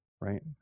right